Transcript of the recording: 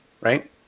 right